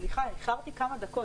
סליחה שאני מתקן אותך.